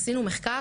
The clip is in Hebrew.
עשינו מחקר,